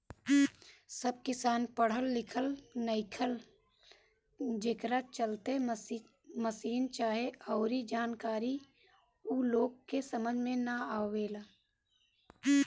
सब किसान पढ़ल लिखल नईखन, जेकरा चलते मसीन चाहे अऊरी जानकारी ऊ लोग के समझ में ना आवेला